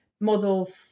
Model